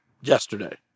yesterday